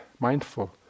Mindful